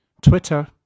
Twitter